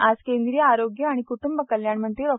आज केंद्रीय आरोग्य आणि क्टंब कल्याण मंत्री डॉ